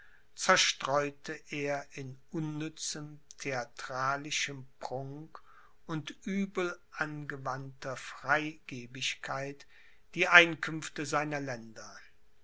zerstreute er in unnützem theatralischem prunk und übel angewandter freigebigkeit die einkünfte seiner länder